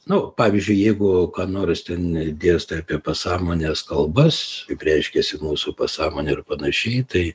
nu pavyzdžiui jeigu ką nors ten dėstai apie pasąmonės kalbas reiškiasi mūsų pasąmonė ir panašiai tai